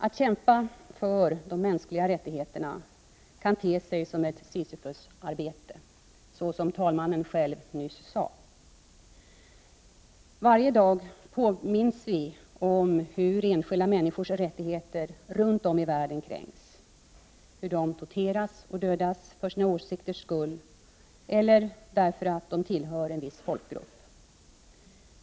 Att kämpa för de mänskliga rättigheterna kan te sig som ett sisyfosarbete, såsom talmannen sade nyss. Varje dag påminns vi om hur enskilda människors rättigheter runt om i världen kränks, hur de torteras och dödas för sina åsikters skull eller därför att de tillhör en viss folkgrupp.